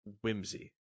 whimsy